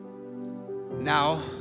now